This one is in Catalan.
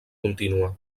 contínua